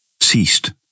ceased